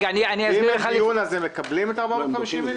אם אין דיון אז הם מקבלים את ה-450 מיליון?